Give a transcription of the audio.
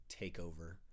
takeover